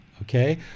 Okay